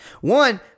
One